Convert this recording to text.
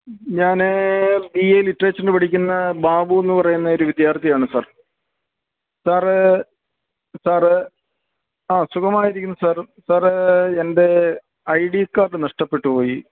ഞാന് B A ലിറ്ററേച്ചറിന് പഠിക്കുന്ന ബാബൂ എന്ന് പറയുന്ന ഒരു വിദ്യാർത്ഥി ആണ് സാർ സാറ് സാറ് ആ സുഖമായിരിക്കുന്നു സാർ സാറ് എൻ്റെ ഐ ഡി കാർഡ് നഷ്ടപ്പെട്ട് പോയി